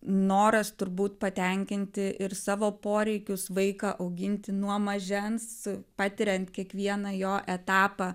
noras turbūt patenkinti ir savo poreikius vaiką auginti nuo mažens patiriant kiekvieną jo etapą